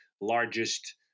largest